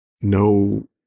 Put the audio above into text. No